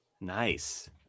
Nice